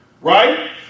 right